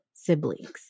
siblings